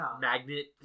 magnet